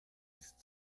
ist